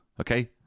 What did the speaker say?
okay